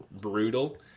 brutal